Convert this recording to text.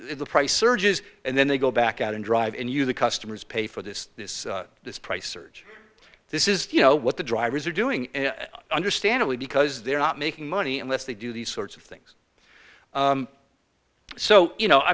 the price surges and then they go back out and drive and you the customers pay for this this this price surge this is you know what the drivers are doing understandably because they're not making money unless they do these sorts of things so you know i